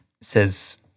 Says